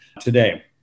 today